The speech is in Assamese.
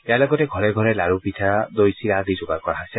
ইয়াৰ লগতে ঘৰে ঘৰে লাডু পিঠা দৈ চিৰা আদি যোগাৰ ক ৰা হৈছে